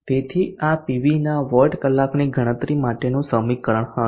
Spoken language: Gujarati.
તેથી આ પીવીના વોટ કલાકની ગણતરી માટેનું સમીકરણ હશે